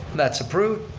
that's approved.